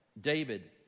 David